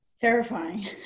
Terrifying